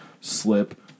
slip